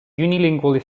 unilingually